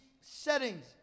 settings